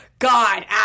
God